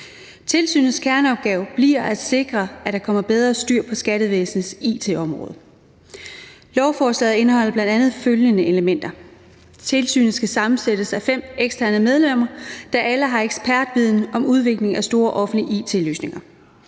Tilsynets kerneopgave bliver at sikre, at der kommer bedre styr på skattevæsenets it-område. Lovforslaget indeholder bl.a. følgende elementer: Tilsynet skal sammensættes af 5 eksterne medlemmer, der alle har ekspertviden om udvikling af store offentlige it-løsninger.